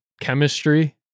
chemistry